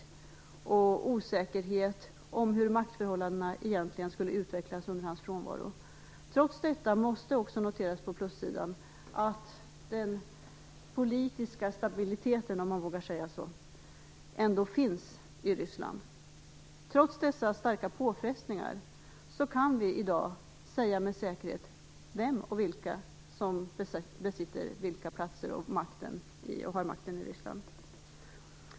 Dessutom har det rått osäkerhet om hur maktförhållandena egentligen skulle utvecklas under presidentens frånvaro. Trots detta måste det också noteras på plussidan att det finns en politisk stabilitet i Ryssland, om man nu vågar säga så. Och trots dessa starka påfrestningar kan vi i dag med säkerhet säga vem/vilka som besitter vilka platser och som har makten i Ryssland.